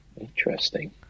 interesting